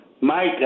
Mike